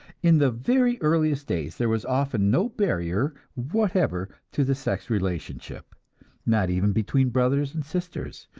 in the very earliest days there was often no barrier whatever to the sex relationship not even between brothers and sisters,